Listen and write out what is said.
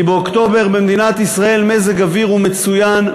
כי באוקטובר במדינת ישראל מזג האוויר הוא מצוין,